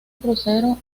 crucero